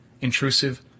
intrusive